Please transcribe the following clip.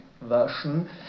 version